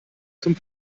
zum